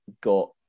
got